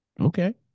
Okay